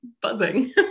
buzzing